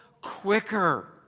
quicker